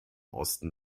osten